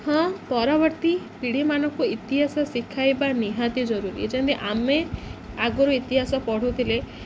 ହଁ ପରବର୍ତ୍ତୀ ପିଢ଼ିମାନଙ୍କୁ ଇତିହାସ ଶିଖାଇବା ନିହାତି ଜରୁରୀ ଯେନ୍ତି ଆମେ ଆଗରୁ ଇତିହାସ ପଢ଼ୁଥିଲେ